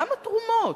למה תרומות?